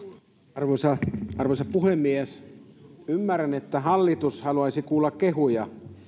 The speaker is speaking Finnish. arvoisa arvoisa puhemies ymmärrän että hallitus haluaisi kuulla kehuja